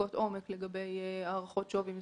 בדיקות עומק לגבי הערכות שווי מסוימות.